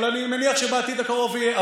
אבל אני מניח שבעתיד הקרוב יהיה.